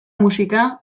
musika